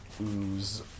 ooze